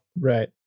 right